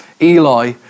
Eli